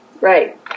Right